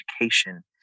education